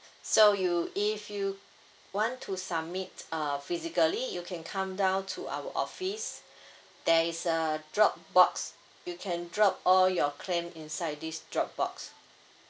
so you if you want to submit uh physically you can come down to our office there is a drop box you can drop all your claim inside this drop box